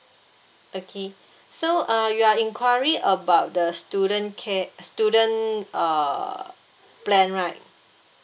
okay so uh you are enquiring about the student care student uh plan right